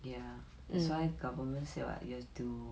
ya that's why government say what you have to